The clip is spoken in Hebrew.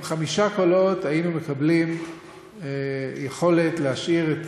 עם חמישה קולות היינו מקבלים יכולת להשאיר את